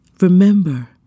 Remember